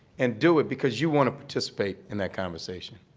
and do it because you want to participate in that conversation.